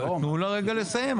תנו לה רגע לסיים.